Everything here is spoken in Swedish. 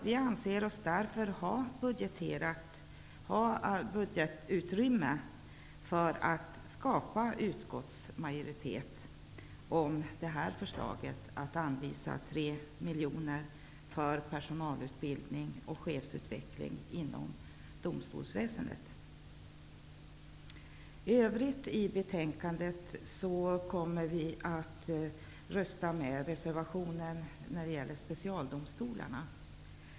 Vi anser oss därför ha utrymme för att skapa majoritet i utskottet för att anvisa 3 I övrigt kommer vi att rösta för reservationen när det gäller specialdomstolarna.